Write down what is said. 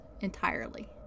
entirely